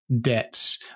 debts